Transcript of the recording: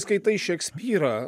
skaitai šekspyrą